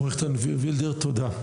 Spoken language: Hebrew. תודה.